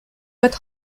votre